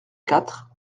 quatre